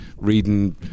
reading